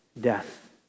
death